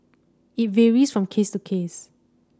it varies from case to case